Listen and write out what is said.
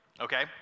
okay